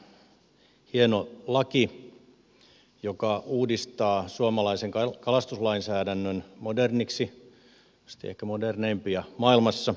tämä on hieno laki joka uudistaa suomalaisen kalastuslainsäädännön moderniksi ehkä moderneimpia maailmassa